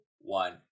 one